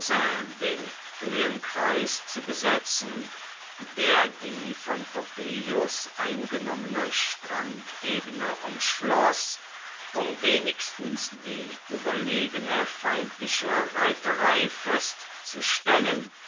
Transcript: den höhenkreis zu besetzen der die von pompeius eingenommene strandebene umschloß um wenigstens die überlegene feindliche reiterei festzustellen